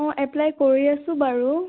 অঁ এপ্পলাই কৰি আছোঁ বাৰু